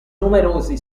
numerosi